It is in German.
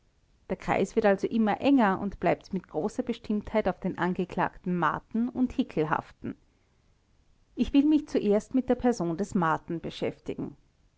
der kreis wird also immer enger und bleibt mit großer bestimmtheit auf den angeklagten marten und hickel haften ich will mich zuerst mit der person des marten beschäftigen